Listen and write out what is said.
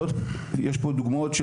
יש פה דוגמאות,